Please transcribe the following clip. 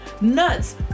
nuts